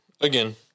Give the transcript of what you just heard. Again